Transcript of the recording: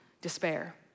despair